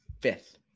fifth